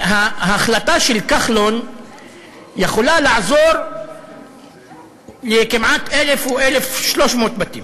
ההחלטה של כחלון יכולה לעזור לכמעט 1,000 או 1,300 בתים.